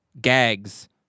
gags